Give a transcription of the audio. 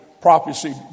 prophecy